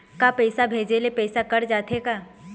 का पैसा भेजे ले पैसा कट जाथे का?